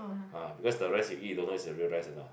ah because the rice you eat you don't know is the real rice or not